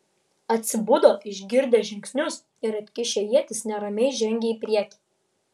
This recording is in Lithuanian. atsibudo išgirdę žingsnius ir atkišę ietis neramiai žengė į priekį